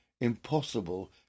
impossible